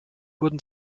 wurden